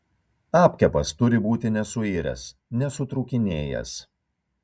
apkepas turi būti nesuiręs nesutrūkinėjęs